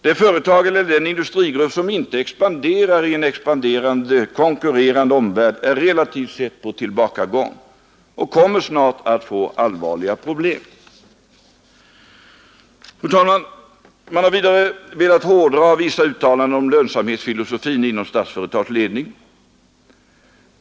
Det företag eller den industrigrupp som inte expanderar i en expanderande, konkurrerande omvärld är relativt sett på tillbakagång och kommer snart att få allvarliga problem. Fru talman! Man har vidare velat hårdra vissa uttalanden om lönsamhetsfilosofin inom Statsföretags ledning.